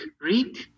read